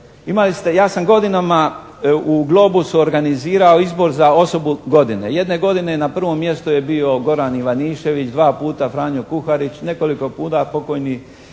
ja sam godinama u "Globusu" organizirao izbor za osobu godine. Jedne godine je na prvom mjestu je bio Goran Ivanišević, dva puta Franjo Kuharić, nekoliko puta pokojni